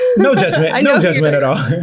no judgment, no judgment at all,